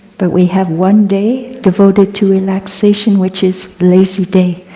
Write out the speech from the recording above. but we have one day devoted to relaxation, which is lazy day.